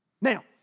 Now